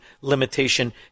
limitation